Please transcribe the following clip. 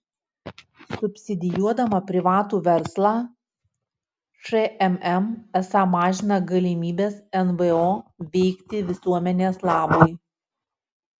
subsidijuodama privatų verslą šmm esą mažina galimybes nvo veikti visuomenės labui